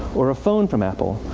or a phone from apple,